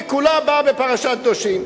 היא כולה באה בפרשת קדושים,